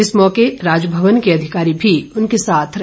इस मौके राजभवन के अधिकारी भी उनके साथ रहे